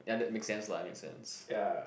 ya that makes sense lah make sense